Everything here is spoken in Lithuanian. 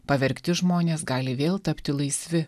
pavergti žmonės gali vėl tapti laisvi